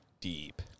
deep